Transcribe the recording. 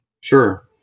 Sure